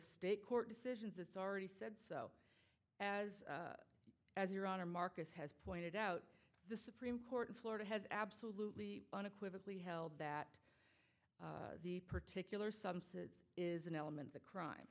state court decisions it's already said so as as your honor marcus has pointed out the supreme court of florida has absolutely unequivocally held that the particulars some says is an element the crime